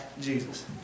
Jesus